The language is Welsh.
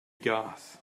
gath